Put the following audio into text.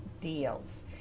Deals